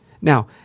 Now